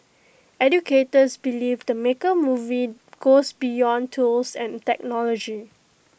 educators believe the maker movement goes beyond tools and technology